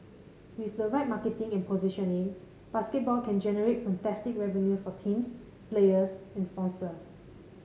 with the right marketing and positioning basketball can generate fantastic revenues for teams players and sponsors